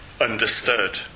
understood